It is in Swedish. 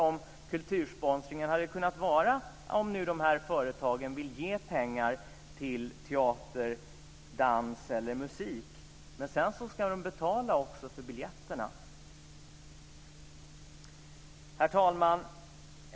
Om dessa företag vill ge pengar till teater, dans eller musik ska de sedan också betala för biljetterna. Herr talman!